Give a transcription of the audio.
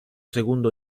segundo